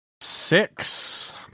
Six